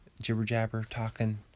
jibber-jabber-talking